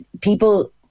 people